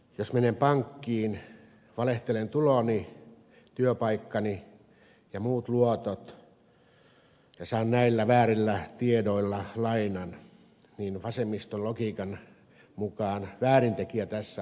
jos menen pankkiin valehtelen tuloni työpaikkani ja muut luotot ja saan näillä väärillä tiedoilla lainan niin vasemmiston logiikan mukaan väärintekijä tässä on pankki